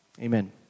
Amen